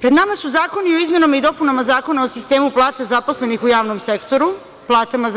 Pred nama su zakoni o izmenama i dopunama zakona o sistemu plata zaposlenih u javnom sektoru, platama